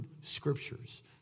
scriptures